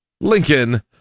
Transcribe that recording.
Lincoln